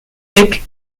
thick